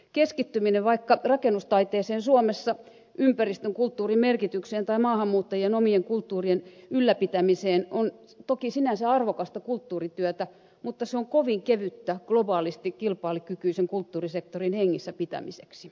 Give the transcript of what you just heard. keskittyminen vaikka rakennustaiteeseen suomessa ympäristön kulttuurin merkitykseen tai maahanmuuttajien omien kulttuurien ylläpitämiseen on toki sinänsä arvokasta kulttuurityötä mutta se on kovin kevyttä globaalisti kilpailukykyisen kulttuurisektorin hengissä pitämiseksi